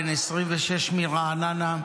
בן 26 מרעננה,